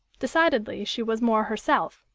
decidedly she was more herself,